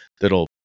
that'll